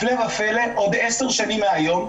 הפלא ופלא בעוד 10 שנים מהיום,